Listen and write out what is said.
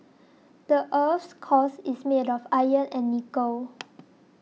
the earth's cores is made of iron and nickel